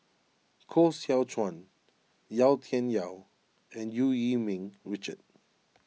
Koh Seow Chuan Yau Tian Yau and Eu Yee Ming Richard